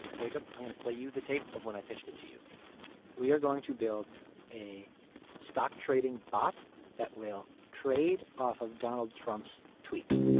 jacob, i'm going to play you the tape of when i pitched it to you we are going to build a stock trading bot that will trade off of donald trump's tweets.